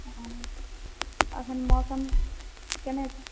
अखन मौसम